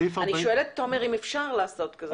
תומר, אני שואלת אם אפשר לעשות כזה דבר.